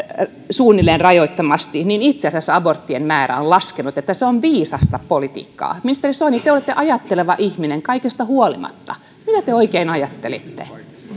suunnilleen rajoittamattomasti itse asiassa aborttien määrä on laskenut ja että se on viisasta politiikkaa ministeri soini te te olette ajatteleva ihminen kaikesta huolimatta mitä te oikein ajattelitte